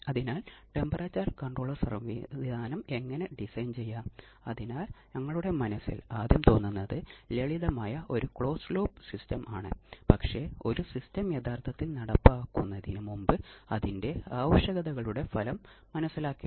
അതിനാൽ ഔട്ട്പുട്ട് തരംഗരൂപത്തെ അടിസ്ഥാനമാക്കി ഇതിനെ സിനുസോയ്ഡൽ നോൺ സിനുസോയ്ഡൽ ഓസിലേറ്ററുകൾ എന്നിങ്ങനെ തരംതിരിക്കാം